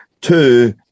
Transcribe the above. Two